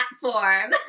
platform